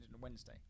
Wednesday